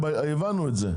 הבנו את זה.